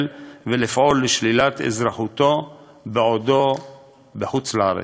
ולפעול לשלילת אזרחותו בעודו בחוץ-לארץ.